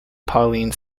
pauline